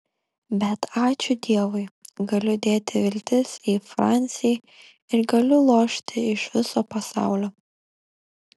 bet ačiū dievui galiu dėti viltis į francį ir galiu lošti iš viso pasaulio